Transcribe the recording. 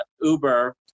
Uber